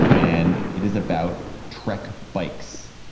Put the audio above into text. and it is about trek bikes.